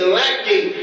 lacking